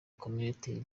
community